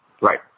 Right